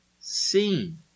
seen